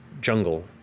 jungle